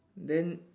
then